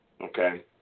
okay